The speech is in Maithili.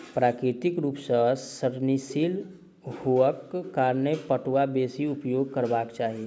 प्राकृतिक रूप सॅ सड़नशील हुअक कारणें पटुआ बेसी उपयोग करबाक चाही